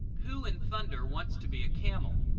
who in thunder wants to be a camel?